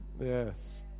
Yes